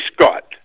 Scott